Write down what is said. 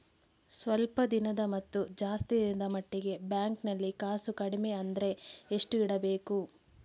ಸ್ವಲ್ಪ ದಿನದ ಮತ್ತು ಜಾಸ್ತಿ ದಿನದ ಮಟ್ಟಿಗೆ ಬ್ಯಾಂಕ್ ನಲ್ಲಿ ಕಾಸು ಕಡಿಮೆ ಅಂದ್ರೆ ಎಷ್ಟು ಇಡಬೇಕು?